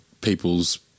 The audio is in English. people's